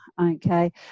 Okay